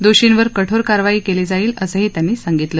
दोषीवर कठोर कारवाई केली जाईल असंही मुख्यमंत्र्यांनी सांगितलं